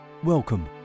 Welcome